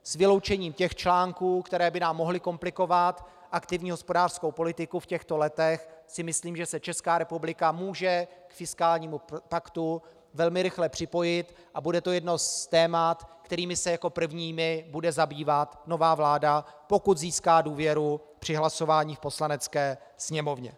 S vyloučením těch článků, které by nám mohly komplikovat aktivní hospodářskou politiku v těchto letech, si myslím, že se ČR může k fiskálnímu paktu velmi rychle připojit, a bude to jedno z témat, kterými se jako prvními bude zabývat nová vláda, pokud získá důvěru při hlasování v Poslanecké sněmovně.